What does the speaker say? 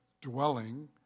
dwelling